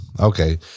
Okay